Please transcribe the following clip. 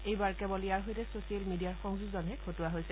এইবাৰ কেৱল ইয়াৰ সৈতে ছচিয়েল মিডিয়াৰ সংযোজনহে ঘটোৱা হৈছে